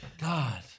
God